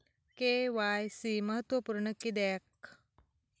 KYC महत्त्वपुर्ण किद्याक?